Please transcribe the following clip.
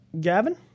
Gavin